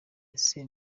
ese